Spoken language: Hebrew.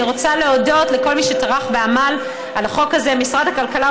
אני רוצה להודות לכל מי שטרח ועמל על החוק הזה: משרד הכלכלה,